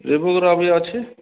ରିବୁକ୍ର ବି ଅଛି